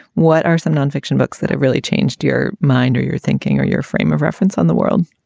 what are some nonfiction books that have really changed your mind or your thinking or your frame of reference on the world?